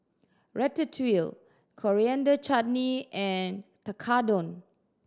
Ratatouille Coriander Chutney and Tekkadon